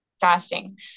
fasting